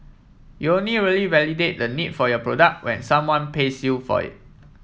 you only really validate the need for your product when someone pays you for it